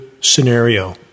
scenario